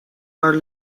are